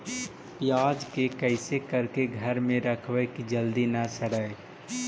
प्याज के कैसे करके घर में रखबै कि जल्दी न सड़ै?